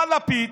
בא לפיד,